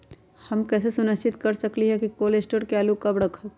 हम कैसे सुनिश्चित कर सकली ह कि कोल शटोर से आलू कब रखब?